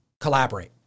collaborate